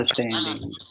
understanding